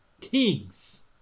kings